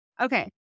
Okay